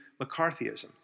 McCarthyism